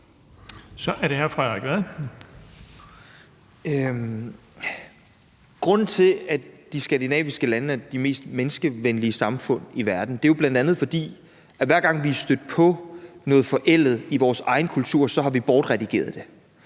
Frederik Vad (S): Grunden til, at de skandinaviske lande er de mest menneskevenlige samfund i verden, er jo bl.a., at hver gang vi er stødt på noget forældet i vores egen kultur, har vi bortredigeret det.